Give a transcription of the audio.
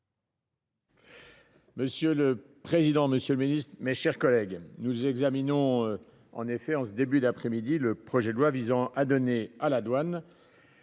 Monsieur le président, monsieur le ministre, mes chers collègues, nous examinons en ce début d’après midi le projet de loi visant à donner à la douane